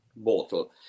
bottle